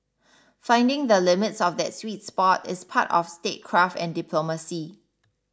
finding the limits of that sweet spot is part of statecraft and diplomacy